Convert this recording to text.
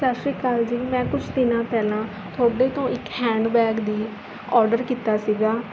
ਸਤਿ ਸ਼੍ਰੀ ਅਕਾਲ ਜੀ ਮੈਂ ਕੁਝ ਦਿਨਾਂ ਪਹਿਲਾਂ ਤੁਹਾਡੇ ਤੋਂ ਇੱਕ ਹੈਡਬੈਗ ਦੀ ਔਡਰ ਕੀਤਾ ਸੀਗਾ